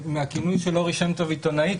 מהכינוי של לורי שם טוב "עיתונאית".